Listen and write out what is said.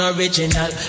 Original